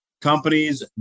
Companies